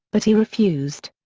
but he refused.